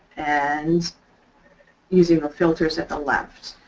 and using the filters at the left.